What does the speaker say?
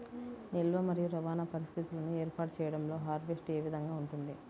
నిల్వ మరియు రవాణా పరిస్థితులను ఏర్పాటు చేయడంలో హార్వెస్ట్ ఏ విధముగా ఉంటుంది?